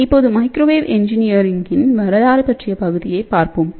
இப்போது மைக்ரோவேவ் இன்ஜினியரிங்யின் வரலாறு பற்றிய பகுதியைப் பார்ப்போம்